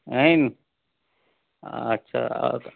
आहिनि हा अच्छा